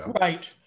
Right